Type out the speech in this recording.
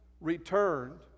returned